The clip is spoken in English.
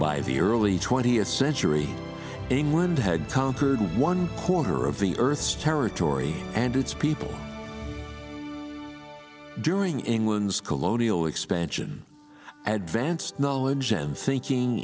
by the early twentieth century england had conquered one quarter of the earth's territory and its people during england's colonial expansion advents knowledge